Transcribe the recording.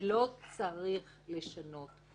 ולא צריך לשנות.